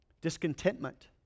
Discontentment